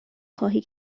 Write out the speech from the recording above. خواهی